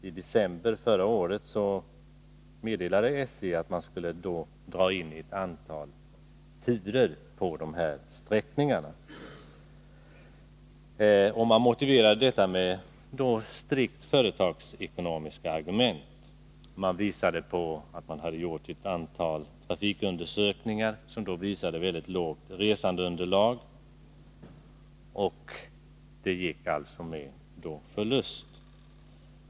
I december förra året meddelade SJ att man skulle dra in ett antal turer på dessa sträckor. Det motiverades med strikt företagsekonomiska argument. Man förklarade att man hade gjort ett antal trafikundersökningar som visade att resandeunderlaget var mycket litet och att trafiken alltså gick med förlust.